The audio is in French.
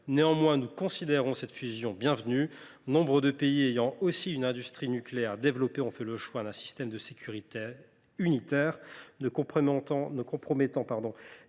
Néanmoins, nous jugeons cette fusion bienvenue. Nombre de pays bénéficiant également d’une industrie nucléaire développée ont fait le choix d’un système de sécurité unitaire, ne compromettant